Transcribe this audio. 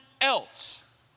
else